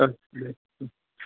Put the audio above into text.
अ दे